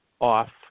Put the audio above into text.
off